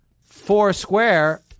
Foursquare